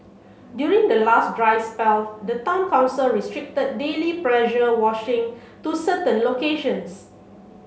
during the last dry spell the town council restricted daily pressure washing to certain locations